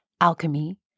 alchemy